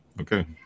Okay